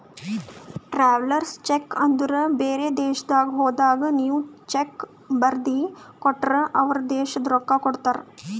travellers cheque ಅಂದುರ್ ಬೇರೆ ದೇಶದಾಗ್ ಹೋದಾಗ ನೀವ್ ಚೆಕ್ ಬರ್ದಿ ಕೊಟ್ಟರ್ ಅವ್ರ ದೇಶದ್ ರೊಕ್ಕಾ ಕೊಡ್ತಾರ